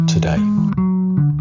today